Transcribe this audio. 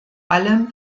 allem